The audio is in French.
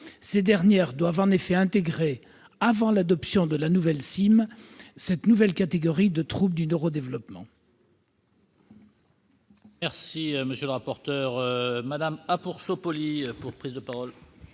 Ces dernières doivent en effet intégrer, avant l'adoption de la nouvelle CIM, cette nouvelle catégorie des troubles du neuro-développement.